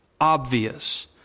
obvious